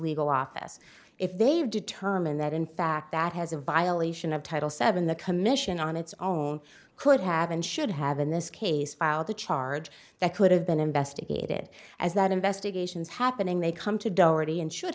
legal office if they determine that in fact that has a violation of title seven the commission on its own could have and should have in this case filed a charge that could have been investigated as that investigation is happening they come to